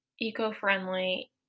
eco-friendly